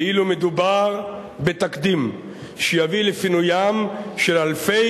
כאילו מדובר בתקדים שיביא לפינוים של אלפי